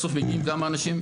בסוף מגיעים כמה אנשים?